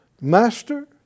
Master